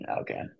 Okay